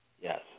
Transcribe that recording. Yes